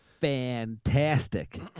Fantastic